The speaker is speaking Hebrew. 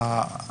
אייל,